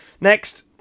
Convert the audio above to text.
Next